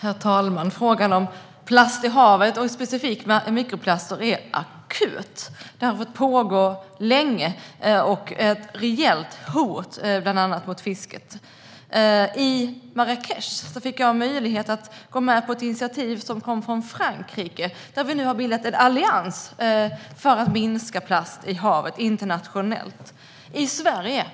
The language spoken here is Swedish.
Herr talman! Frågan om plast i havet och specifikt mikroplaster är akut. Det har fått pågå länge och är ett reellt hot bland annat mot fisket. I Marrakech fick jag möjlighet att gå med i ett initiativ som kom från Frankrike. Vi har bildat en allians för att minska plast i haven internationellt. I Sverige